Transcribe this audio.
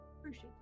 Appreciate